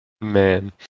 man